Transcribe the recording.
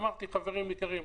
אמרתי: חברים יקרים,